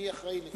אני אחראי לזה.